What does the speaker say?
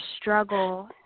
struggle